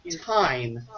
time